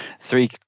three